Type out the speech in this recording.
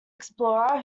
explorer